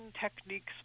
techniques